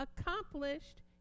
accomplished